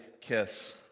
kiss